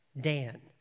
Dan